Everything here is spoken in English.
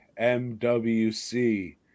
MWC